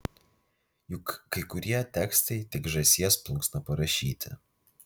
juk kai kurie tekstai tik žąsies plunksna parašyti